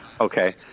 Okay